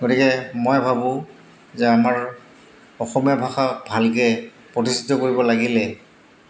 গতিকে মই ভাবোঁ যে আমাৰ অসমীয়া ভাষা ভালকৈ প্ৰতিষ্ঠিত কৰিব লাগিলে